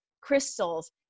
crystals